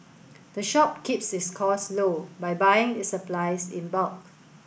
the shop keeps its costs low by buying its supplies in bulk